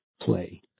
play